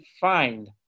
find